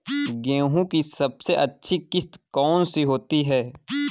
गेहूँ की सबसे अच्छी किश्त कौन सी होती है?